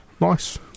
Nice